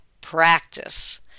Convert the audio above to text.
practice